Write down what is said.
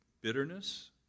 bitterness